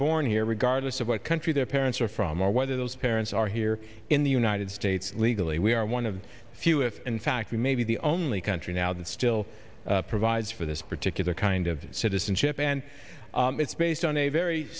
born here regardless of what country their parents are from or whether those parents are here in the united states legally we are one of the few if in fact we may be the only country now that still provides for this particular kind of citizenship and it's based on a very